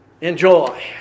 enjoy